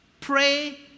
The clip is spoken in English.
pray